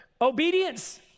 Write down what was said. Obedience